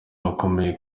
bakomeye